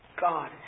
God